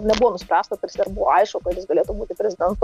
nebuvo nuspręsta bet svarbu aišku kad jis galėtų būti prezidentu